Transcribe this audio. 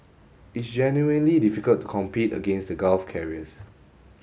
it's genuinely difficult to compete against the Gulf carriers